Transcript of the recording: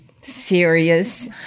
serious